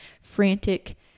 frantic